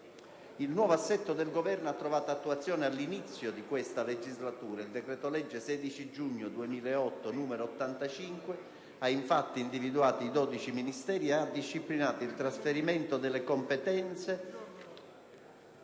Il nuovo assetto del Governo ha trovato attuazione all'inizio della legislatura in corso: il decreto-legge 16 giugno 2008, n. 85, ha infatti individuato i 12 Ministeri e ha disciplinato il trasferimento delle competenze